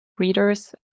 readers